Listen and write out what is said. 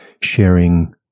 sharing